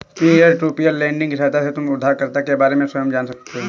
peer to peer lending की सहायता से तुम उधारकर्ता के बारे में स्वयं जान सकते हो